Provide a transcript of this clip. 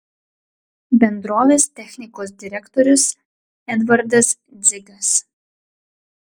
bendrovės technikos direktorius edvardas dzigas